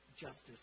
justice